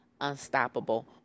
unstoppable